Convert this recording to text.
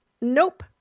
Nope